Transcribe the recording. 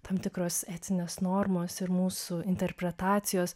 tam tikros etinės normos ir mūsų interpretacijos